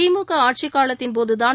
திமுகஆட்சிக் காலத்தின்போதுதான்